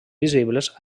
visibles